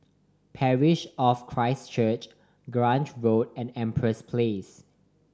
Parish of Christ Church Grange Road and Empress Place